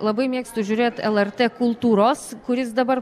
labai mėgstu žiūrėt lrt kultūros kuris dabar